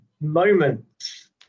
moments